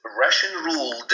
russian-ruled